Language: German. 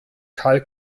karl